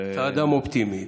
אתה אדם אופטימי.